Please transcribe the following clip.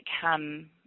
come